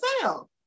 sale